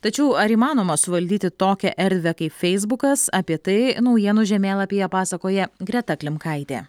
tačiau ar įmanoma suvaldyti tokią erdvę kaip feisbukas apie tai naujienų žemėlapyje pasakoja greta klimkaitė